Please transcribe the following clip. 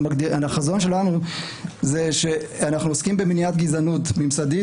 החזון שלנו שאנחנו עוסקים במניעת גזענות ממסדית